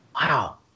Wow